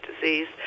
disease